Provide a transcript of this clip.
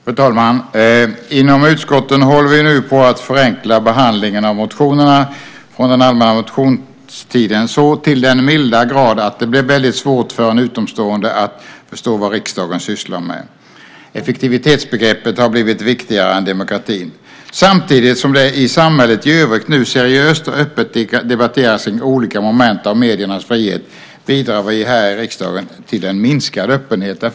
Fru talman! Inom utskotten håller vi nu på att förenkla behandlingen av motionerna från allmänna motionstiden så till den milda grad att det blir väldigt svårt för en utomstående att förstå vad riksdagen sysslar med. Effektivitetsbegreppet har blivit viktigare än demokratin. Samtidigt som det i samhället i övrigt nu seriöst och öppet debatteras kring olika moment av mediernas frihet, bidrar vi här i riksdagen till en minskad öppenhet.